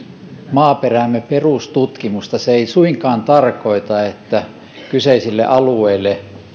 maaperämme perustutkimusta se ei suinkaan tarkoita että kyseisille alueille